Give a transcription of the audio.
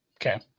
Okay